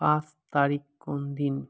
পাঁচ তারিখ কোন দিন